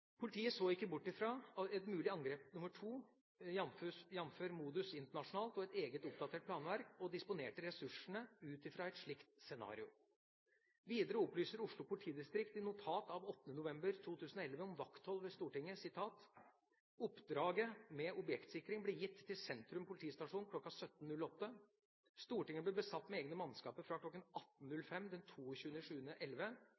Politiet så ikke bort fra et mulig angrep nr. to, jf. modus internasjonalt og eget oppdatert planverk, og disponerte ressursene ut fra et slikt scenario.» Videre opplyser Oslo politidistrikt i notat av 8. november 2011 om vakthold ved Stortinget: «Oppdraget med objektsikring ble gitt til Sentrum politistasjon kl. 1708. Stortinget ble besatt med egne mannskaper fra